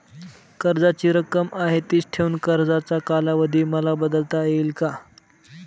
कर्जाची रक्कम आहे तिच ठेवून कर्जाचा कालावधी मला बदलता येईल का?